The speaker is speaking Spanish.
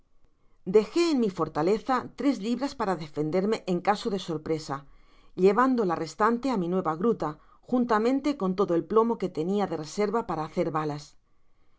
dejé en mi fortaleza unas tres libras para defenderme en caso de sorpresa llevando la testante á mi nueva gruta juntamente con todo el plomo que tenia de reserva para hacer balas